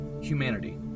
humanity